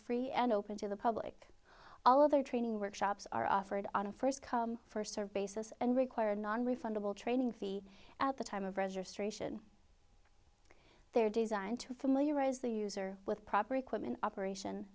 free and open to the public all other training workshops are offered on a first come first serve basis and require nonrefundable training fee at the time of registration they're designed to familiarize the user with proper equipment operation